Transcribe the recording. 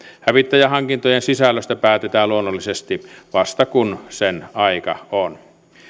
hävittäjähankintojen sisällöstä päätetään luonnollisesti vasta kun sen aika on